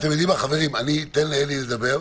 אני אתן לאלי לדבר,